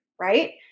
right